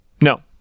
No